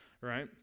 right